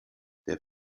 der